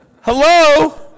Hello